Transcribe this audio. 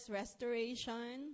restoration